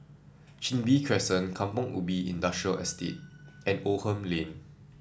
Chin Bee Crescent Kampong Ubi Industrial Estate and Oldham Lane